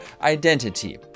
identity